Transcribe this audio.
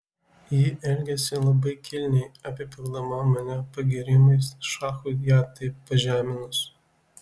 ji elgėsi labai kilniai apipildama mane pagyrimais šachui ją taip pažeminus